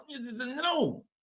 No